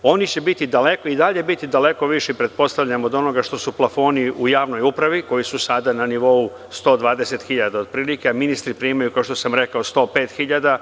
Oni će i dalje biti daleko viši, pretpostavljam, od onoga što su plafoni u javnoj upravi, koji su sada na nivou 120.000 otprilike, a ministri primaju, kao što sam rekao, 105.000.